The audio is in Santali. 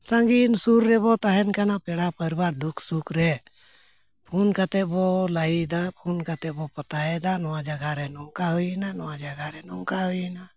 ᱥᱟᱺᱜᱤᱧ ᱥᱩᱨ ᱨᱮᱵᱚᱱ ᱛᱟᱦᱮᱱ ᱠᱟᱱᱟ ᱯᱮᱲᱟ ᱯᱟᱹᱨᱵᱟᱹ ᱫᱩᱠ ᱥᱩᱠ ᱨᱮ ᱯᱷᱳᱱ ᱠᱟᱛᱮᱫ ᱵᱚᱱ ᱞᱟᱹᱭᱮᱫᱟ ᱯᱷᱳᱱ ᱠᱟᱛᱮᱫ ᱵᱚᱱ ᱯᱟᱛᱟᱭᱮᱫᱟ ᱱᱚᱣᱟ ᱡᱟᱭᱜᱟ ᱨᱮ ᱱᱚᱝᱠᱟ ᱦᱩᱭᱮᱱᱟ ᱱᱚᱣᱟ ᱡᱟᱭᱜᱟ ᱨᱮ ᱱᱚᱝᱠᱟ ᱦᱩᱭᱮᱱᱟ